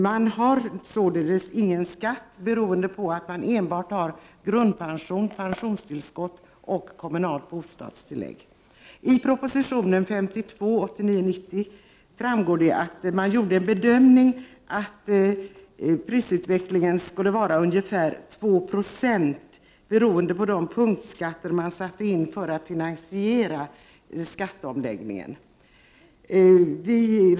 Man har således ingen skatt när man enbart har grundpension, pensionstillskott och kommunalt bostadstillägg. Av proposition 1989/90:52 framgår att man gjorde den bedömningen att prisökningarna skulle vara ungefär 2 20 beroende på de punktskatter som införs för att finansiera skatteomläggningen.